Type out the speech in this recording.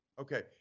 Okay